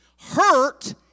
Hurt